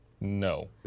No